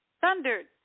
thundered